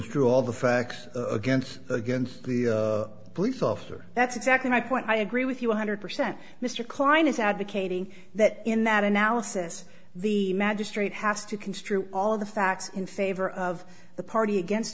construe all the facts against against the police officer that's exactly my point i agree with you one hundred percent mr kline is advocating that in that analysis the magistrate has to construe all the facts in favor of the party against